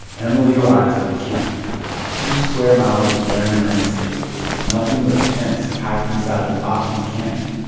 emily arrives at a camp two square miles of barren landscape with nothing but tents packed inside a locked encampment.